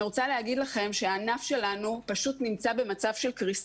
אני רוצה להגיד לכם שהענף שלנו פשוט נמצא במצב של קריסה.